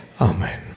Amen